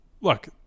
look